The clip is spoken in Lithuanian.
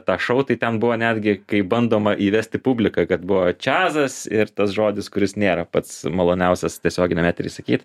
tą šou tai ten buvo netgi kai bandoma įvesti publiką kad buvo čiazas ir tas žodis kuris nėra pats maloniausias tiesioginiam etery sakyt